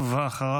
ואחריו,